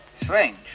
Strange